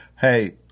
Hey